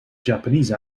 japanese